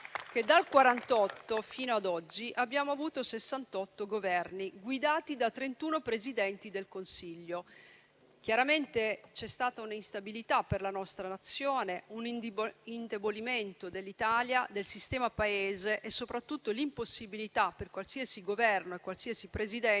che dal 1948 ad oggi abbiamo avuto sessantotto Governi guidati da trentuno Presidenti del Consiglio. Chiaramente ci sono stati un'instabilità per la nostra Nazione, un indebolimento dell'Italia e del sistema Paese e soprattutto l'impossibilità, per qualsiasi Governo e qualsiasi Presidente,